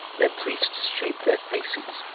their priests shaved their faces,